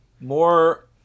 more